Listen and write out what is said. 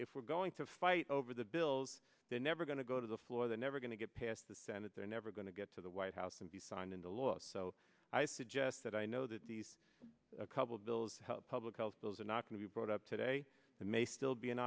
if we're going to fight over the bills they're never going to go to the floor they're never going to get past the senate they're never going to get to the white house and be signed into law so i suggest that i know that these a couple of bills health public health bills are not going to be brought up today may still be an